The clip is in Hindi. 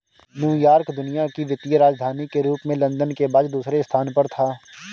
न्यूयॉर्क दुनिया की वित्तीय राजधानी के रूप में लंदन के बाद दूसरे स्थान पर था